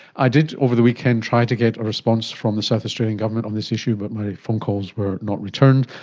i did over the weekend try to get a response from the south australian government on this issue but my phone calls were not returned,